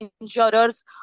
insurers